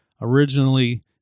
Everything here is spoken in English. originally